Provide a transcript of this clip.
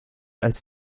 als